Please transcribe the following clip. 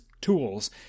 tools